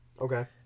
Okay